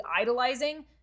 idolizing